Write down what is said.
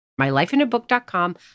mylifeinabook.com